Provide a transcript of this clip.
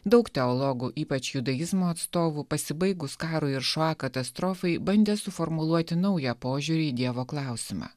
daug teologų ypač judaizmo atstovų pasibaigus karui ir šoa katastrofai bandė suformuluoti naują požiūrį į dievo klausimą